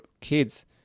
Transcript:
kids